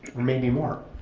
maybe more.